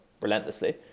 relentlessly